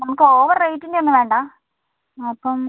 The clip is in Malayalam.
നമുക്ക് ഓവർ റേറ്റിൻറെയൊന്നും വേണ്ട അപ്പം